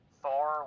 thor